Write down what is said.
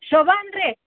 ಶೋಭ ಏನ್ರಿ